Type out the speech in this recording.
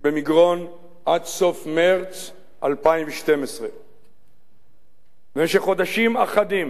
במגרון עד סוף מרס 2012. במשך חודשים אחדים